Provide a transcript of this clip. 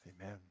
Amen